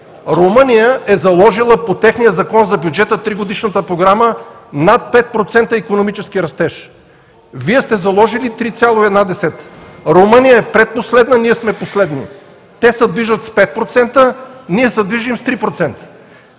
Румъния е заложила по техния закон за бюджета – тригодишната програма, над 5% икономически растеж. Вие сте заложили 3,1%. Румъния е предпоследна, ние сме последни. Те се движат с 5%, а ние се движим с 3%.